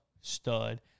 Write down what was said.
stud